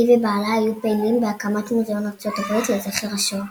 היא ובעלה היו פעילים בהקמת מוזיאון ארצות הברית לזכר השואה.